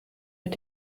mit